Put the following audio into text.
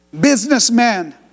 Businessman